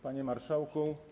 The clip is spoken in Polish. Panie Marszałku!